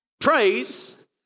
Praise